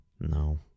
No